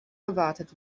gewartet